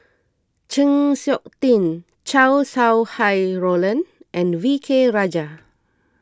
Chng Seok Tin Chow Sau Hai Roland and V K Rajah